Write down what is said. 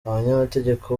abanyamategeko